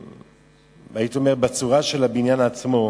הייתי אומר בצורה של הבניין עצמו,